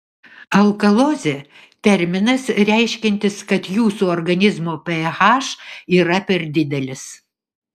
alkalozė terminas reiškiantis kad jūsų organizmo ph yra per didelis